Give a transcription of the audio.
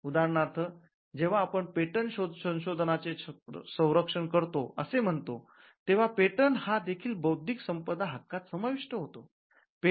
उदाहरणार्थ जेव्हा आपण पेटंट संशोधनाचे संरक्षण करतो असे म्हणतो तेव्हा पेटंट हा देखील बौद्धिक संपदा हक्कात समाविष्ट होतो